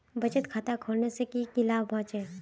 बचत खाता खोलने से की की लाभ होचे?